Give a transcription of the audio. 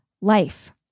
life